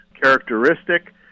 characteristic